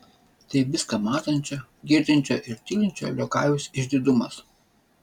tai viską matančio girdinčio ir tylinčio liokajaus išdidumas